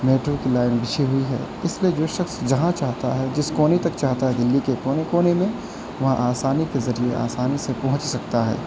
metro کی line بچھی ہوئی ہے اس لیے جو شخص جہاں چاہتا ہے جس کونے تک چاہتا ہے دہلی کے کونے کونے میں وہاں آسانی کے ذریعے آسانی سے پہنچ سکتا ہے